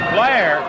Blair